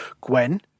Gwen